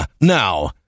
Now